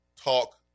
talk